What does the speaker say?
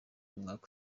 umwaka